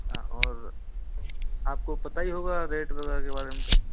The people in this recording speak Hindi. अच्छा और आपको पता ही होगा रेट वगैरह के बारे में तो